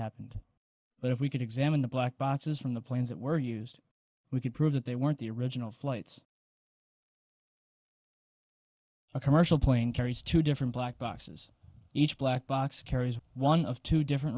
happened but if we could examine the black boxes from the planes that were used we could prove that they weren't the original flights a commercial plane carries two different black boxes each black box carries one of two different